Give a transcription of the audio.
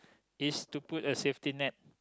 is to put a safety net